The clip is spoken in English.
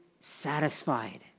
satisfied